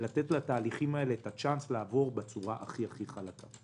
לתת לתהליכים את הצ'אנס לעבור בצורה הכי חלקה.